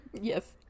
Yes